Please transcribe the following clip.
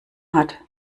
hat